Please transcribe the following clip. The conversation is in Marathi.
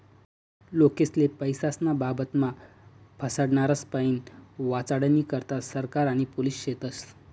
लोकेस्ले पैसास्नं बाबतमा फसाडनारास्पाईन वाचाडानी करता सरकार आणि पोलिस शेतस